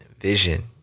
Vision